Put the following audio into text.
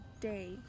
day